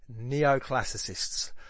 neoclassicists